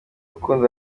rukundo